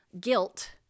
guilt